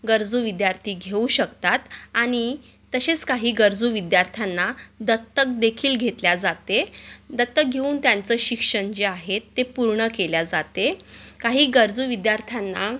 गरजू विद्यार्थी घेऊ शकतात आणि तसेच काही गरजू विद्यार्थ्यांना दत्तकदेखील घेतले जाते दत्तक घेऊन त्यांचं शिक्षण जे आहे ते पूर्ण केले जाते काही गरजू विद्यार्थ्यांना